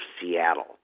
Seattle